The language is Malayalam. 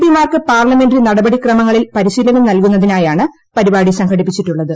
പിമാർക്ക് പാർലമെന്ററി നടപടിക്രമങ്ങളിൽ പരിശീലനം നൽകുന്നതിനാണ് പരിപാടി സംഘടിപ്പിച്ചിട്ടുള്ളത്